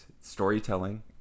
storytelling